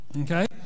Okay